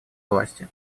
власти